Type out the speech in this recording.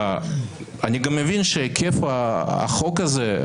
אני גם מבין שהיקף החוק הזה,